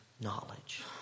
knowledge